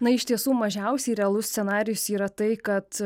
na iš tiesų mažiausiai realus scenarijus yra tai kad